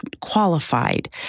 qualified